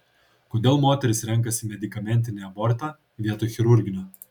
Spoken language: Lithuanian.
kodėl moterys renkasi medikamentinį abortą vietoj chirurginio